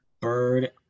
bird